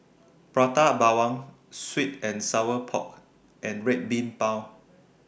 Prata Bawang Sweet and Sour Pork and Red Bean Bao